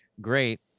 great